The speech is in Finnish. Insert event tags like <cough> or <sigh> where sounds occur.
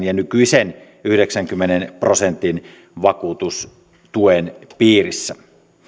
<unintelligible> ja nykyisen yhdeksänkymmenen prosentin vakuutustuen piirissä